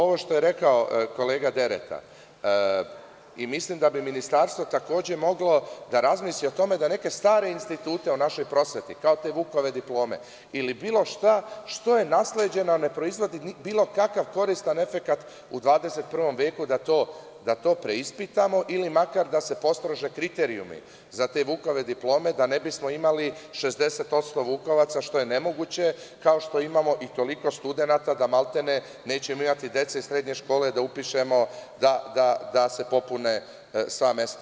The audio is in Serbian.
Ovo što je rekao kolega Dereta, mislim da bi Ministarstvo takođe moglo da razmisli o tome da neke stare institute u našoj prosveti, kao te Vukove diplome ili bilo šta što je nasleđeno a ne proizvodi bilo kakav koristan efekat u 21. veku, preispitamo ili makar da se postrože kriterijumi za te Vukove diplome, da ne bi smo imali 60% vukovaca, što je nemoguće, kao što imamo i toliko studenata da, maltene, nećemo imati dece iz srednje škole da upišemo da se popune sva mesta.